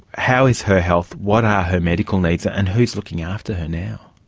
how is her health? what are her medical needs? and who is looking after her now?